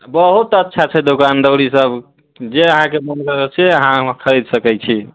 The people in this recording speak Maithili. बहुत अच्छा छै दोकान दौरी सभ जे अहाँकेँ मन हुए से अहाँ वहाँ खरीद सकैत छी